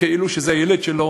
כאילו שזה הילד שלו,